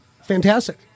Fantastic